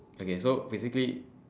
okay so basically